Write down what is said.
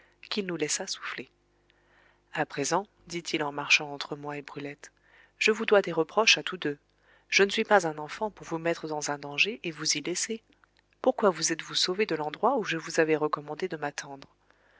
qu'il nous laissa souffler à présent dit-il en marchant entre moi et brulette je vous dois des reproches à tous deux je ne suis pas un enfant pour vous mettre dans un danger et vous y laisser pourquoi vous êtes-vous sauvés de l'endroit où je vous avais recommandé de m'attendre